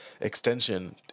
extension